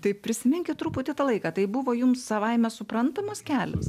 tai prisiminkit truputį tą laiką tai buvo jums savaime suprantamas kelias